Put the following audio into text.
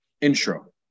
intro